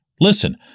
listen